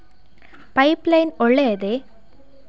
Pipe line ಒಳ್ಳೆಯದೇ?